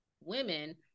women